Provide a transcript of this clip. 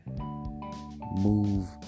move